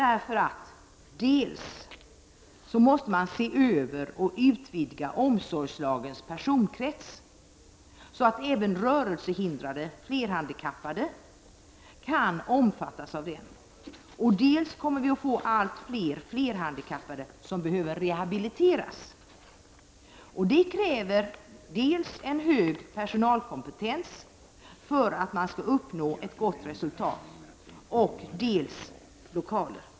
Man måste nämligen se över och utvidga omsorgslagens personkrets så att även rörelsehindrade, flerhandikappade kan omfattas av den. Dessutom kommer vi att få allt fler flerhandikappade som behöver rehabiliteras. Det kräver dels en hög personalkompetens för att det skall vara möjligt att uppnå ett gott resultat, dels lokaler.